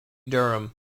durham